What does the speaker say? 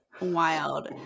wild